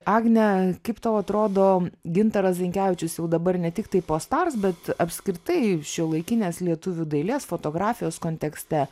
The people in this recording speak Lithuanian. agne kaip tau atrodo gintaras zinkevičius jau dabar ne tiktai post ars bet apskritai šiuolaikinės lietuvių dailės fotografijos kontekste